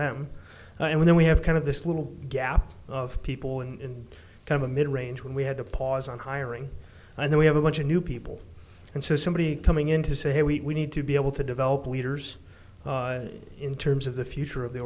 them and then we have kind of this little gap of people in kind of a mid range when we had a pause on hiring and then we have a bunch of new people and so somebody's coming in to say hey we need to be able to develop leaders in terms of the future of the